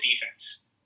defense